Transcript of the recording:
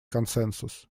консенсус